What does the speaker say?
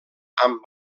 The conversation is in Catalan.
amb